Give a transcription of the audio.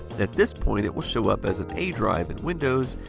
at this point, it will show up as an a drive in windows,